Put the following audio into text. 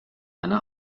eine